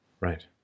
Right